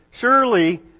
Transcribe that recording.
surely